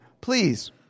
please